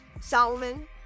salmon